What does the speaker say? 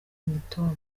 imitoma